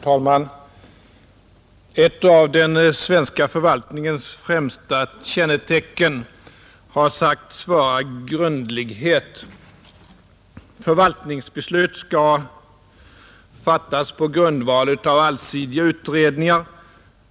Herr talman! Ett av den svenska förvaltningens främsta kännetecken har sagts vara grundlighet. Förvaltningsbeslut skall fattas på grundval av allsidiga utredningar,